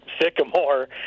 Sycamore